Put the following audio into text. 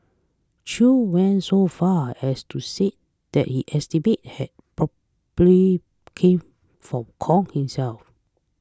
chew went so far as to say that he estimate had probably came from kong himself